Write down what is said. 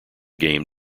game